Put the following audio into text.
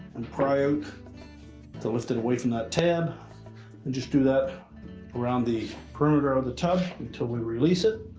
and pry out to lift it away from that tab and just do that around the perimeter of the tub until we release it.